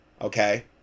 Okay